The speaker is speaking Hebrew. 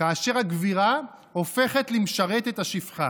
כאשר הגבירה הופכת למשרתת השפחה.